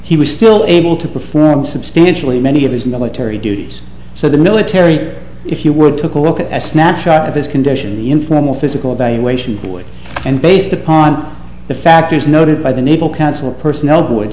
he was still able to perform substantially many of his military duties so the military if you were took a look at a snatch shot of his condition the informal physical evaluation board and based upon the factors noted by the naval counsel personnel boards